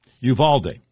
Uvalde